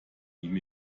ihm